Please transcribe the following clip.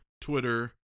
Twitter